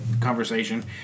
conversation